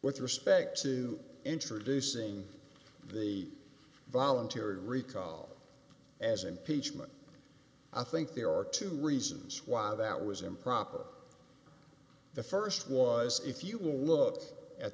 with respect to introducing the voluntary recall as impeachment i think there are two reasons why that was improper the st was if you will look at